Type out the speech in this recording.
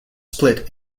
split